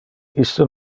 iste